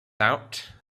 out